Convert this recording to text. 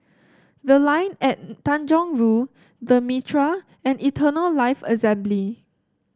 The Line at Tanjong Rhu The Mitraa and Eternal Life Assembly